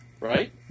right